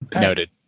Noted